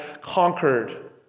conquered